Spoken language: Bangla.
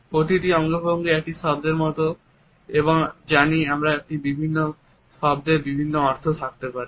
প্রতিটা অঙ্গভঙ্গি একটি শব্দের মত এবং জানি একটি শব্দের বিভিন্ন অর্থ থাকতে পারে